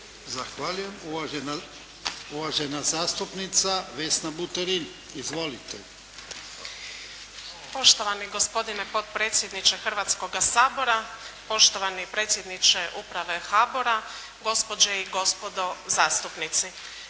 Zahvaljujem. Uvažena zastupnica Vesna Buterin. Izvolite. **Buterin, Vesna (HDZ)** Poštovani gospodine potpredsjedniče Hrvatskoga sabora, poštovani predsjedniče uprave HBOR-a, gospođe i gospodo zastupnici.